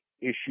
issue